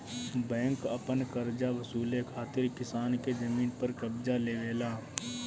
bank अपन करजा वसूले खातिर किसान के जमीन पर कब्ज़ा लेवेला